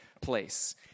place